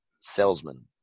salesman